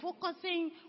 focusing